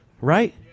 Right